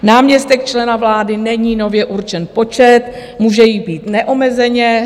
Náměstek člena vlády není nově určen počet, může jich být neomezeně.